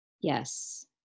Yes